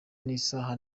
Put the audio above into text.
n’isaha